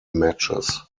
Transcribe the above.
matches